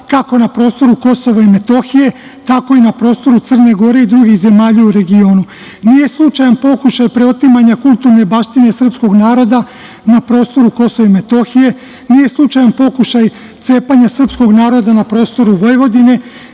kako na prostoru KiM, tako i na prostoru Crne Gore i drugih zemalja u regionu. Nije slučajan pokušaj preotimanja kulturne baštine srpskog naroda na prostoru KiM, nije slučajan pokušaj cepanja srpskog naroda na prostoru Vojvodine,